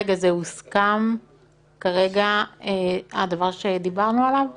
רגע, הדבר שדיברנו עליו הוסכם?